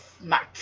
smart